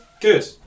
Good